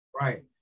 Right